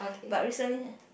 but recently